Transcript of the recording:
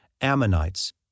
Ammonites